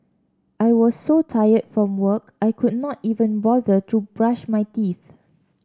I was so tired from work I could not even bother to brush my teeth